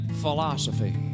philosophy